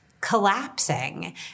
collapsing